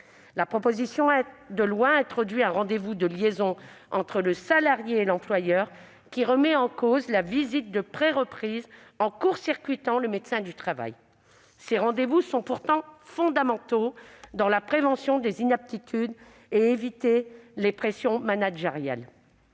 En outre, le texte introduit un rendez-vous de liaison entre le salarié et l'employeur, qui remet en cause la visite de préreprise en court-circuitant le médecin du travail. Ces rendez-vous sont pourtant fondamentaux dans la prévention des inaptitudes et permettent d'éviter les pressions managériales.